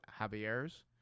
Javier's